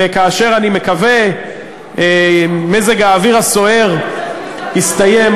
וכאשר, אני מקווה, מזג האוויר הסוער יסתיים,